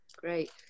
Great